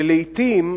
ולעתים,